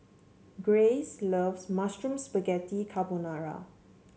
Grayce loves Mushroom Spaghetti Carbonara